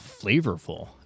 flavorful